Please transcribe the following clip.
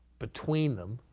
between them,